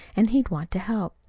and he'd want to help.